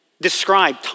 describe